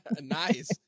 Nice